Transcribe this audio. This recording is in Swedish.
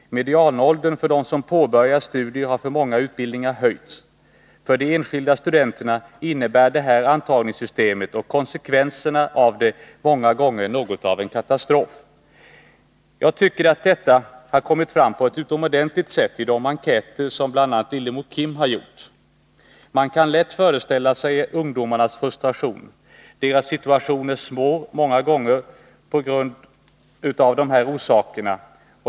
Medianåldern för dem som påbörjar studier har för många utbildningar höjts. För de enskilda studenterna innebär det här antagningssystemet och konsekvenserna av det många gånger något av en katastrof. Jag tycker att detta har kommit fram på ett utomordentligt sätt i de enkäter som bl.a. Lillemor Kim har gjort. Man kan lätt föreställa sig ungdomarnas frustration. Deras situation är svår, många gånger av just dessa orsaker.